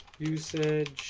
you said